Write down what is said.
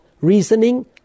reasoning